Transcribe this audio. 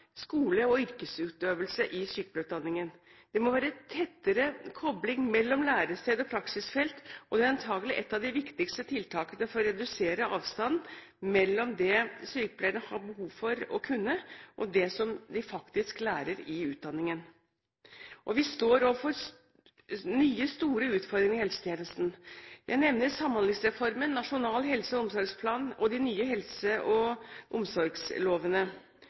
skole og yrkesutøvelse i sykepleierutdanningen. Det må være tettere kobling mellom lærested og praksisfelt, og det er antakelig et av de viktigste tiltakene for å redusere avstanden mellom det sykepleierne har behov for å kunne, og det de faktisk lærer i utdanningen. Vi står overfor nye store utfordringer i helsetjenesten. Jeg nevner Samhandlingsreformen, Nasjonal helse- og omsorgsplan og de nye helse- og omsorgslovene.